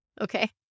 okay